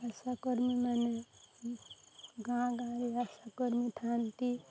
ଆଶାକର୍ମୀମାନେ ଗାଁ ଗାଁରେ ଆଶାକର୍ମୀ ଥାଆନ୍ତି